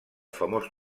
famós